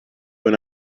went